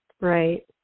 Right